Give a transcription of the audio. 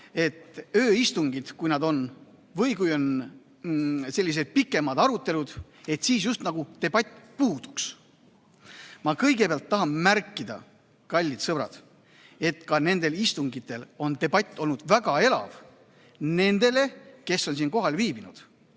et ööistungitel, kui need on, või kui on sellised pikemad arutelud, siis just nagu debatt puuduks. Ma kõigepealt tahan märkida, kallid sõbrad, et ka nendel istungitel on debatt olnud väga elav nendele, kes on siin kohal viibinud.